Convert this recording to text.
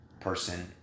person